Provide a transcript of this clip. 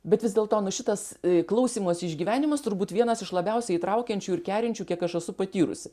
bet vis dėlto nu šitas klausymosi išgyvenimas turbūt vienas iš labiausiai įtraukiančių ir kerinčių kiek aš esu patyrusi